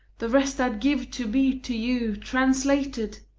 the rest i'd give to be to you translated.